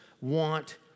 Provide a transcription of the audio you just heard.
want